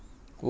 yeah